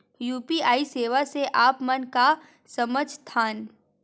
UPI सेवा से आप मन का समझ थान?